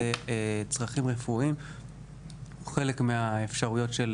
לצרכים רפואיים הוא חלק מהאפשרויות של